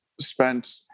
spent